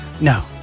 No